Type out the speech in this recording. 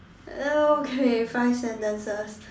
okay five sentences